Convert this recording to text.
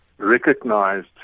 Recognized